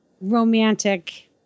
romantic